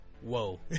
whoa